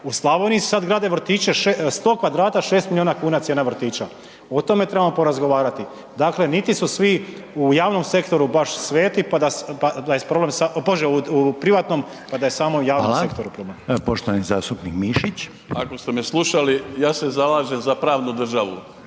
U Slavoniji sad grade vrtiće 100 kvadrata 6 milijuna kuna cijena vrtića. O tome trebamo porazgovarati. Dakle niti su svi u javnom sektoru baš sveti pa da, bože u privatnom pa da je samo u javnom sektoru problem. **Reiner, Željko (HDZ)** Hvala.